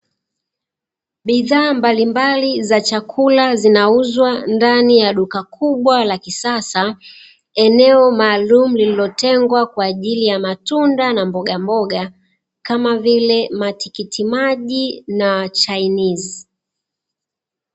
Bidhaa mbalimbali za chakula zinauzwa ndani ya duka kubwa la kisasa, eneo maalumu lililotengwa kwa ajili ya matunda na mbogamboga, kama vile matikiti maji na chainizi .